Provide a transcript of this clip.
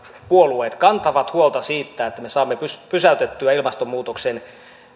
puolueet kantavat huolta siitä että me saamme pysäytettyä ilmastonmuutoksen